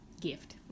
gift